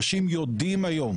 האנשים יודעים היום,